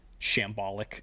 shambolic